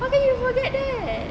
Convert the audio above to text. how can you forget that